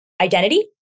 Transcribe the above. identity